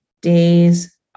days